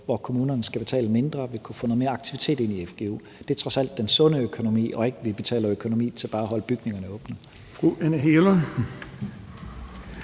hvor kommunerne skal betale mindre, vil kunne få noget mere aktivitet ind i fgu. Det er trods alt den sunde økonomi og ikke, at vi sørger for økonomi til bare at holde bygningerne åbne.